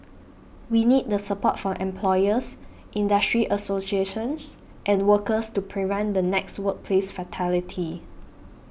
we need the support from employers industry associations and workers to prevent the next workplace fatality